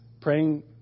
praying